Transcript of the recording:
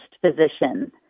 physician